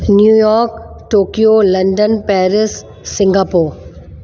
New York Tokyo London Paris Singapore